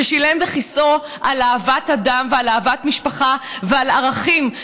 שילם בכיסאו על אהבת אדם ועל אהבת משפחה ועל ערכים,